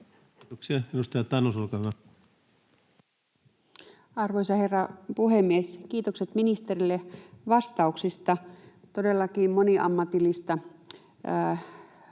Kiitoksia. — Edustaja Tanus, olkaa hyvä. Arvoisa herra puhemies! Kiitokset ministerille vastauksista. Todellakin moniammatillista